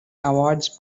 awards